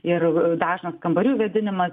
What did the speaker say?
ir dažnas kambarių vėdinimas